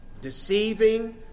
deceiving